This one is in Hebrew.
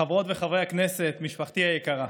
חברות וחברי הכנסת, משפחתי היקרה,